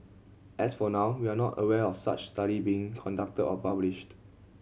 as for now we are not aware of such study being conducted or published